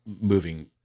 moving